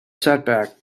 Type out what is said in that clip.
setback